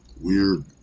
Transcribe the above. weird